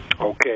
Okay